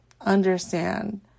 Understand